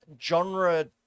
genre-